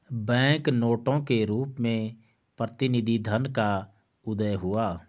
bank नोटों के रूप में प्रतिनिधि धन का उदय हुआ